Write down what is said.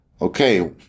Okay